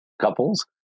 couples